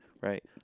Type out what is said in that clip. right